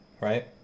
Right